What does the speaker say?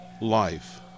life